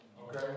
Okay